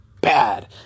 bad